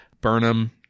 burnham